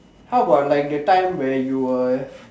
how about like the time where you were